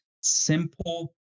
simple